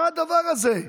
מה הדבר הזה?